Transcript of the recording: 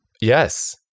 yes